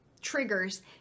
triggers